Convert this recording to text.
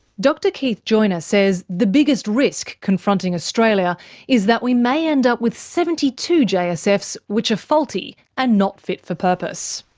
dr keith joiner says the biggest risk confronting australia is that we may end up with seventy two jsfs which are ah faulty and not fit for purpose.